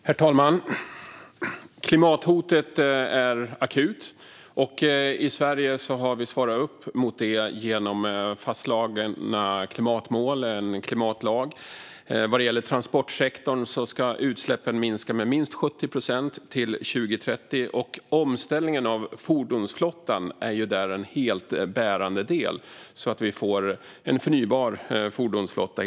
Herr talman! Klimathotet är akut. I Sverige har vi svarat upp mot det genom fastslagna klimatmål och en klimatlag. I transportsektorn ska utsläppen minska med minst 70 procent till 2030. Omställningen av fordonsflottan är där en helt bärande del - att vi får en förnybar fordonsflotta.